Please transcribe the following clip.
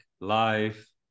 life